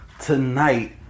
Tonight